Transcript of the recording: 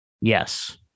Yes